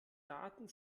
daten